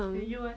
um